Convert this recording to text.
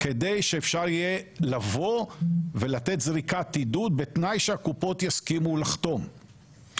כדי שאפשר יהיה לבוא ולתת זריקת עידוד בתנאי שהקופות יסכימו לחתום.